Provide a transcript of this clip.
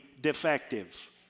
defective